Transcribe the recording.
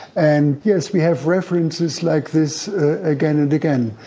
and yes, we have references like this again and again.